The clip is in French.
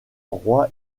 roi